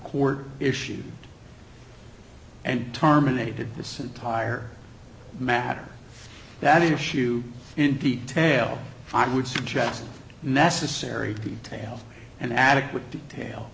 court issued and terminated this entire matter that issue in detail i would suggest necessary details and adequate detail